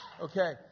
Okay